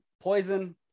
poison